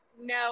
No